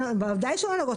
ודאי שהן לא נוגעות,